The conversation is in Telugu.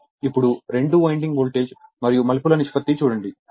ఇప్పుడు రెండు వైండింగ్ వోల్టేజ్ మరియు మలుపుల నిష్పత్తి చూడండి